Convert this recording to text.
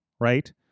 right